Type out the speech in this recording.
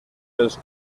pels